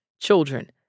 Children